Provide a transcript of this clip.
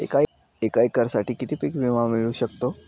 एका एकरसाठी किती पीक विमा मिळू शकतो?